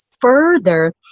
further